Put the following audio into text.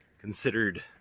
considered